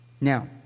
Now